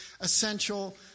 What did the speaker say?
essential